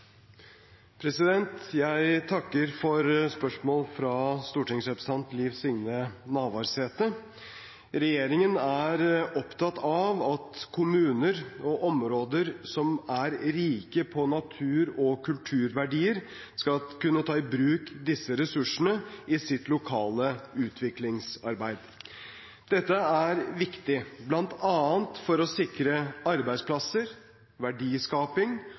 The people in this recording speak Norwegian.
parken. Jeg takker for spørsmål fra stortingsrepresentant Liv Signe Navarsete. Regjeringen er opptatt av at kommuner og områder som er rike på natur- og kulturverdier, skal kunne ta i bruk disse ressursene i sitt lokale utviklingsarbeid. Dette er viktig bl.a. for å sikre arbeidsplasser, verdiskaping